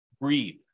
breathe